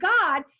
god